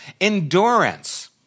endurance